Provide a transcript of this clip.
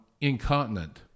incontinent